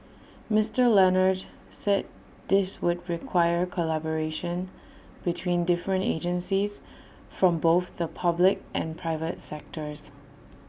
Mister Leonard said this would require collaboration between different agencies from both the public and private sectors